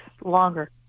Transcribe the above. longer